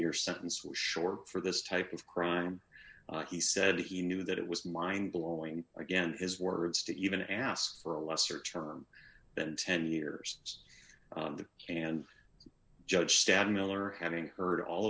year sentence was short for this type of crime he said he knew that it was mind blowing again his words to even ask for a lesser term than ten years and judge stan miller having heard all